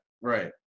right